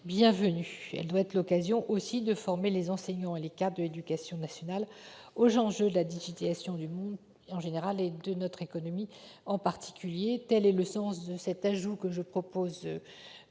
bienvenue. Elle doit aussi être l'occasion de former les enseignants et les cadres de l'éducation nationale aux enjeux de la digitalisation du monde en général, et de notre économie en particulier. Tel est le sens de l'ajout que je propose